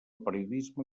periodisme